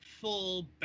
full